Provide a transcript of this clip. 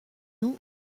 nous